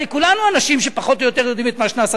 הרי כולנו אנשים שפחות או יותר יודעים מה שנעשה,